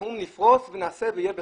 אנחנו שומעים: נפרוס ונעשה ויהיה בסדר.